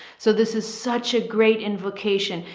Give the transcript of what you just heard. so this is such a great invocation.